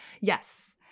yes